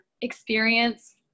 experience